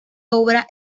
obra